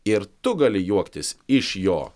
ir tu gali juoktis iš jo